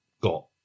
got